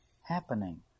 happening